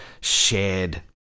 shared